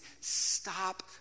stop